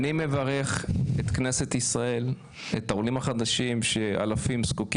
אני מברך את העולים החדשים שמחכים